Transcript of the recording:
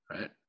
Right